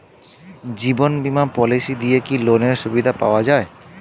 জীবন বীমা পলিসি দিয়ে কি লোনের সুবিধা পাওয়া যায়?